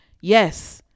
yes